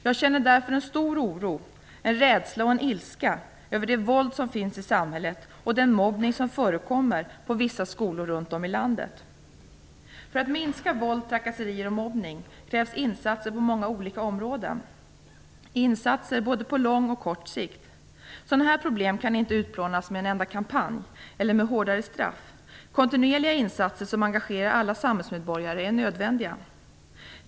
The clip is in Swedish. Jag känner därför en stor oro, rädsla och ilska över det våld som finns i samhället och den mobbning som förekommer på vissa skolor runt om i landet. För att minska våld, trakasserier och mobbning krävs insatser på många olika områden - insatser på både kort och lång sikt. Sådana här problem kan inte utplånas med en enda kampanj - eller med hårdare straff. Kontinuerliga insatser som engagerar alla samhällsmedborgare är nödvändiga.